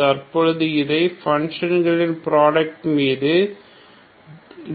தற்பொழுது இதை இரு ஃபங்ஷன் களின் ப்ராடக்ட் மீது